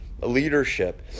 leadership